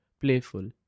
playful